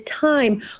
time